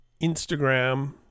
Instagram